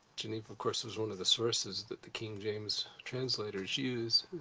geneva, of course, was one of the sources that the king james translators used,